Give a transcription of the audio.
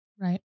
right